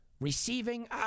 receiving